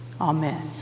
Amen